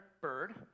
bird